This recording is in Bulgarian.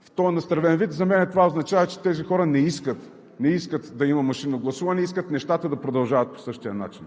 в този настървен вид, за мен означава, че тези хора не искат да има машинно гласуване, искат нещата да продължават по същия начин.